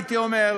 הייתי אומר,